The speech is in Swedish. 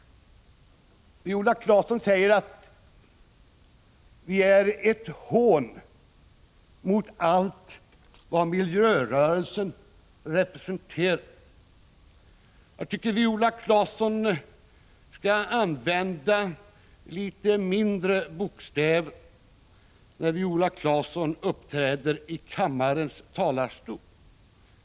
Viola Claesson säger att vi är ett hån mot allt vad miljörörelsen representerar. Jag tycker att Viola Claesson skall använda litet ”mindre bokstäver”, när hon uppträder i kammarens talarstol.